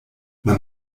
man